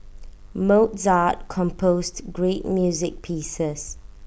Mozart composed great music pieces